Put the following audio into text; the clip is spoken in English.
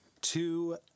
two